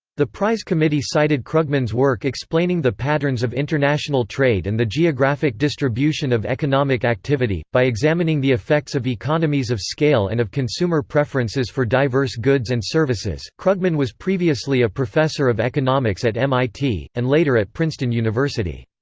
the prize committee cited krugman's work explaining the patterns of international trade and the geographic distribution of economic activity, by examining the effects of economies of scale and of consumer preferences for diverse goods and services krugman was previously a professor of economics at mit, and later at princeton university.